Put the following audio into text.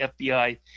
FBI